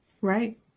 Right